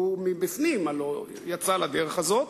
הלוא מבפנים יצא לדרך הזאת,